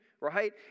right